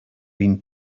been